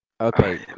Okay